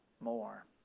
more